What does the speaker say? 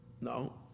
No